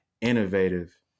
innovative